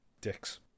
Dicks